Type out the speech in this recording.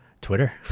twitter